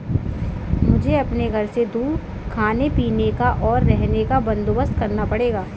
मुझे अपने घर से दूर खाने पीने का, और रहने का बंदोबस्त करना पड़ेगा